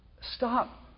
stop